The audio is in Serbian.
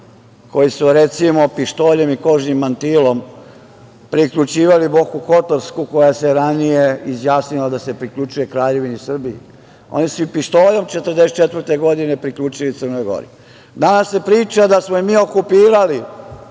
koji su, recimo, pištoljem i kožnim mantilom priključivali Boku Kotorsku, koja se ranije izjasnila da se priključuje Kraljevini Srbiji, oni su ih pištoljem 1944. godine priključili Crnoj Gori. Danas se priča da smo im mi okupirali